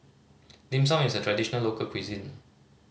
Dim Sum is a traditional local cuisine